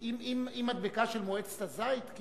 עם מדבקה של מועצת הזית?